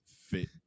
fit